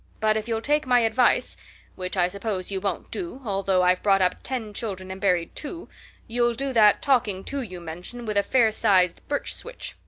but if you'll take my advice which i suppose you won't do, although i've brought up ten children and buried two you'll do that talking to you mention with a fair-sized birch switch.